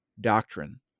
doctrine